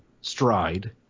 stride